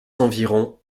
environ